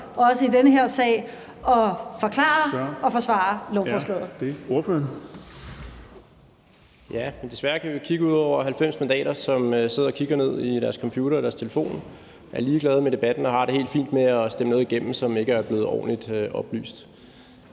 (Erling Bonnesen): Så er det ordføreren. Kl. 14:03 Rasmus Jarlov (KF): Desværre kan vi jo kigge ud over 90 mandater, som sidder og kigger ned i deres computere og telefoner, og som er ligeglade med debatten og har det helt fint med at stemme noget igennem, som ikke er blevet ordentligt oplyst.